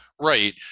Right